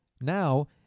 Now